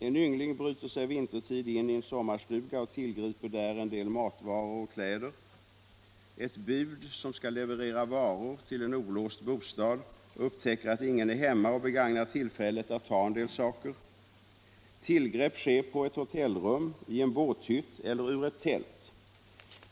En yngling bryter sig vintertid in i en sommarstuga och tillgriper där en del matvaror och kläder. Ett bud som skall leverera varor till en olåst bostad upptäcker att ingen är hemma och begagnar tillfället att ta en del saker. Tillgrepp sker på ett hotellrum, i en båthytt eller ur ett tält.